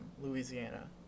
Louisiana